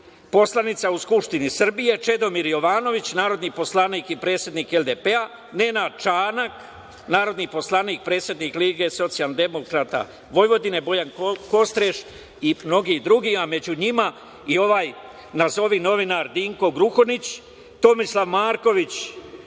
poslanica u Skupštini Srbije, Čedomir Jovanović, narodni poslanik i predsednik LDP, Nenad Čanak, narodni poslanik, predsednik LSV, Bojan Kostreš i mnogi drugi, a među njima i ovaj nazovi novinar Dinko Gruhonjić, Tomislav Marković,